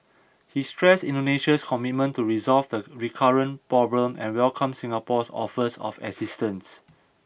he stressed Indonesia's commitment to resolve the recurrent problem and welcomed Singapore's offers of assistance